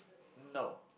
no